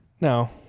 No